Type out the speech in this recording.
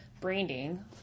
branding